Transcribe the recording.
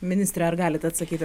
ministre ar galit atsakyti